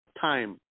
time